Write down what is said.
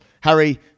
Harry